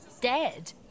dead